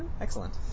Excellent